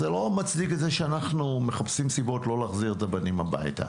זה לא מצדיק את זה שאנחנו מחפשים סיבות לא להחזיר את הבנים הביתה